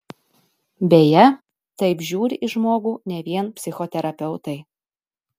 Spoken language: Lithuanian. beje taip žiūri į žmogų ne vien psichoterapeutai